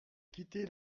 quitté